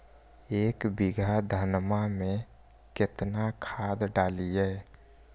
एक बीघा धन्मा में केतना खाद डालिए?